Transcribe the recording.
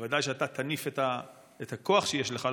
ובוודאי שאתה תניף את הכוח שיש לך,